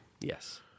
Yes